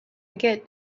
get